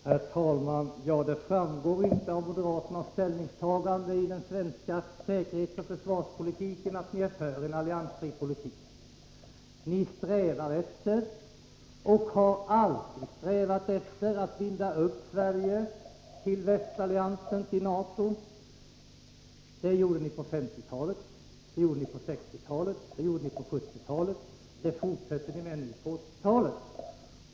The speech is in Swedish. Herr talman! Det framgår inte av moderaternas ställningstaganden i den svenska säkerhetsoch försvarspolitiken att ni är för en alliansfri politik. Ni strävar efter och har alltid strävat efter att binda upp Sverige till västalliansen, till NATO. Det gjorde ni på 1950-talet, det gjorde ni på 1960-talet, det gjorde ni på 1970-talet och det fortsätter ni med nu på 1980-talet.